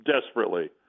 desperately